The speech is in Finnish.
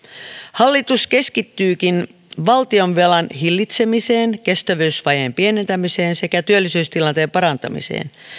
hallitus keskittyykin valtionvelan hillitsemiseen kestävyysvajeen pienentämiseen sekä työllisyystilanteen parantamiseen